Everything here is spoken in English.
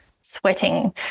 sweating